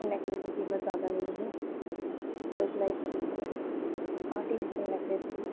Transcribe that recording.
ओह् नेकलेस दी कीमत जादा नेईं ही ओह् इक आर्टीफीशियल नेकलेस ही